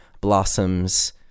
blossoms